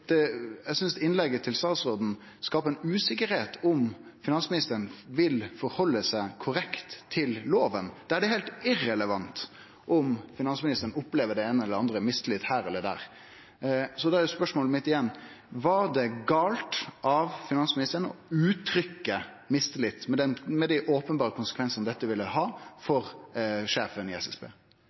Eg synest innlegget til statsråden skapar ei usikkerheit om finansministeren vil opptre korrekt i høve til lova. Det er heilt irrelevant om finansministeren opplever det eine eller det andre – mistillit her eller der. Spørsmålet mitt er igjen: Var det gale av finansministeren å uttrykkje mistillit med dei openberre konsekvensane dette vil ha for sjefen i SSB?